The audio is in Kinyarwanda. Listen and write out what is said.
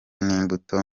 n’imbuto